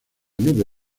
nube